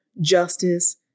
justice